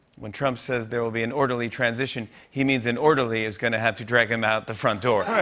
when trump says there will be an orderly transition, he means an orderly is gonna have to drag him out the front door.